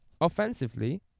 offensively